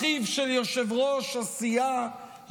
אחיו של יושב-ראש הסיעה,